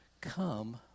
come